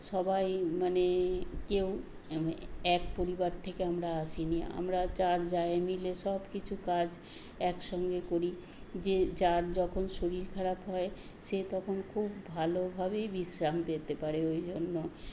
সবাই মানে কেউ এক পরিবার থেকে আমরা আসিনি আমরা চার জায়ে মিলে সব কিছু কাজ একসঙ্গে করি যে যার যখন শরীর খারাপ হয় সে তখন খুব ভালোভাবেই বিশ্রাম পেতে পারে ওই জন্য